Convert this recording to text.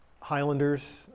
Highlanders